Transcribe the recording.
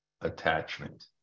attachment